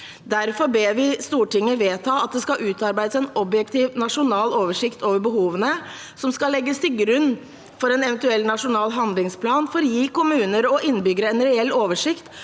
Derfor ber vi Stortinget vedta at det skal utarbeides en objektiv nasjonal oversikt over behovene, som skal legges til grunn for en eventuell nasjonal handlingsplan for å gi kommuner og innbyggere en reell oversikt